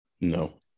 no